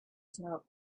smoke